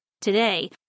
Today